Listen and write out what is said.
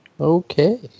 Okay